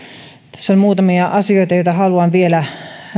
tässä on muutamia asioita joita haluan vielä